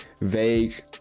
vague